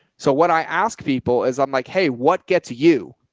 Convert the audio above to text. so what i ask people is i'm like, hey, what gets you